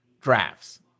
drafts